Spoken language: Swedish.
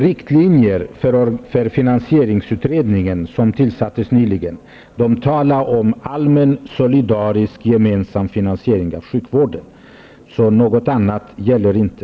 Riktlinjerna för finansieringsutredningen, som tillsattes nyligen, talar om en allmän, solidarisk, gemensam finansiering av sjukvården. Något annat gäller inte.